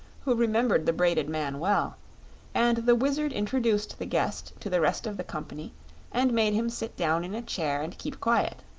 who remembered the braided man well and the wizard introduced the guest to the rest of the company and made him sit down in a chair and keep quiet,